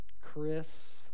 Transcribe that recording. chris